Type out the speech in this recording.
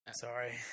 Sorry